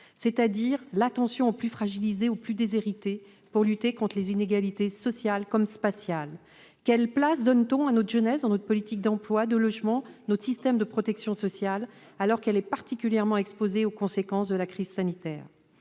c'est-à-dire l'attention aux plus fragiles, aux plus déshérités pour lutter contre les inégalités sociales et spatiales ? Quelle place accorde-t-on, dans notre politique d'emploi et de logement et dans notre système de protection sociale, à notre jeunesse, qui est particulièrement exposée aux conséquences de la crise sanitaire ?